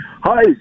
Hi